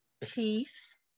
peace